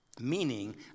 Meaning